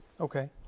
Okay